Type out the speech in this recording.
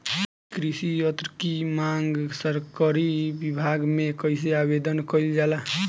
कृषि यत्र की मांग सरकरी विभाग में कइसे आवेदन कइल जाला?